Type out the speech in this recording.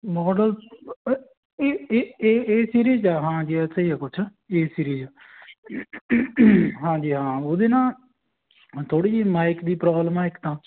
model ਇਹ ਏ ਏ ਏ ਏ ਸੀਰੀਜ਼ ਆ ਹਾਂ ਜੀ ਐਸੇ ਹੀ ਆ ਕੁਛ ਏ ਸੀਰੀਜ਼ ਹਾਂਜੀ ਹਾਂ ਉਹਦੇ ਨਾ ਥੋੜ੍ਹੀ ਜਿਹੀ ਮਾਇਕ ਦੀ ਪ੍ਰੋਬਲਮ ਆ ਇੱਕ ਤਾਂ